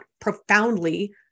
profoundly